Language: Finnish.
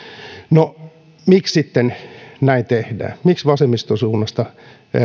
no miksi sitten näin tehdään miksi vasemmiston suunnasta